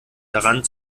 daran